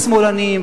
השמאלנים,